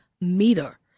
meter